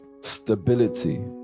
Stability